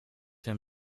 him